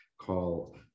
call